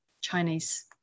chinese